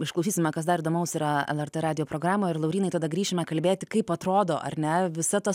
išklausysime kas dar įdomaus yra lrt radijo programoj ir laurynai tada grįšime kalbėti kaip atrodo ar ne visa ta